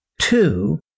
Two